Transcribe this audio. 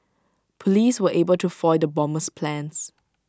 Police were able to foil the bomber's plans